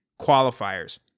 qualifiers